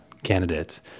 candidates